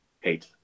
hate